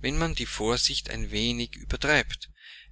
wenn man die vorsicht ein wenig übertreibt